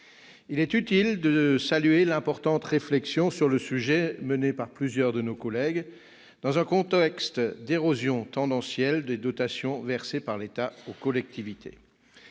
Il convient de saluer l'importante réflexion menée par plusieurs de nos collègues sur le sujet, dans un contexte d'érosion tendancielle des dotations versées par l'État aux collectivités.